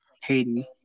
Haiti